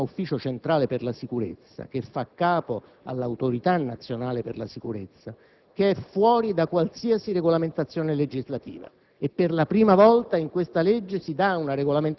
Esiste nell'ordinamento italiano l'Ufficio centrale per la sicurezza, che fa capo all'Autorità Nazionale per la Sicurezza, che è fuori da qualsiasi regolamentazione legislativa.